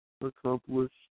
accomplished